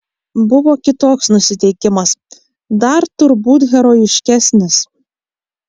buvo kitoks nusiteikimas dar turbūt herojiškesnis